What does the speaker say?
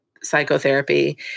psychotherapy